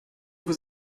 vous